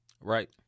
Right